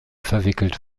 verwickelt